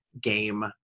game